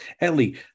Ellie